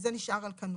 וזה נשאר על כנו.